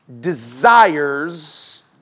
desires